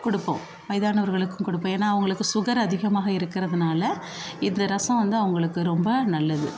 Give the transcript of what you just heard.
கொடுப்போம் வயதானவர்களுக்கும் கொடுப்போம் ஏனால் அவங்களுக்கு சுகர் அதிகமாக இருக்கறதுனால் இந்த ரசம் வந்து அவங்களுக்கு ரொம்ப நல்லது